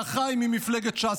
לאחיי ממפלגת ש"ס,